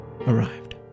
arrived